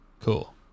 Cool